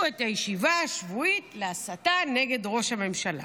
את הישיבה השבועית להסתה נגד ראש הממשלה.